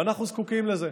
ואנחנו זקוקים לזה,